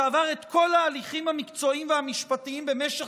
שעבר את כל ההליכים המקצועיים והמשפטיים במשך